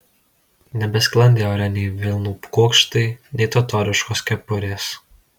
nebesklandė ore nei vilnų kuokštai nei totoriškos kepurės